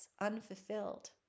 unfulfilled